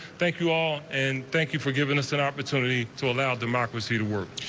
thank you all and thank you for giving us an opportunity to allow democracy to work.